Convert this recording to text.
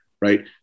right